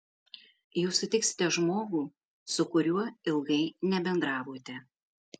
jūs sutiksite žmogų su kuriuo ilgai nebendravote